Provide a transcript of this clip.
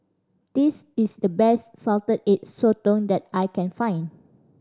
this is the best Salted Egg Sotong that I can find